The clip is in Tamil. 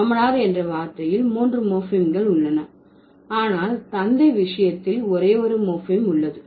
மாமனார் என்ற வார்த்தையில் மூன்று மோர்ப்பிகள் உள்ளன ஆனால் தந்தை விஷயத்தில் ஒரே ஒரு மோர்ப்பிம் உள்ளது